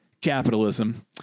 capitalism